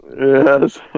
Yes